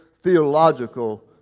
theological